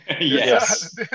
Yes